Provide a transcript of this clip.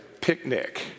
picnic